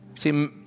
See